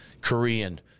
Korean